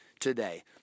today